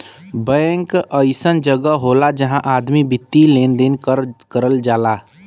bank अइसन जगह होला जहां आदमी वित्तीय लेन देन कर जाला